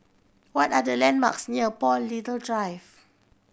what are the landmarks near Paul Little Drive